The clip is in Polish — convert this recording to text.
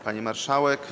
Pani Marszałek!